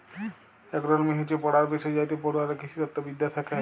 agronomy হচ্যে পড়ার বিষয় যাইতে পড়ুয়ারা কৃষিতত্ত্ব বিদ্যা শ্যাখে